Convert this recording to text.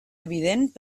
evident